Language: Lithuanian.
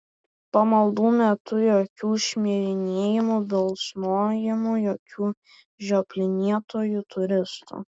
pamaldų metu jokių šmirinėjimų bilsnojimų jokių žioplinėtojų turistų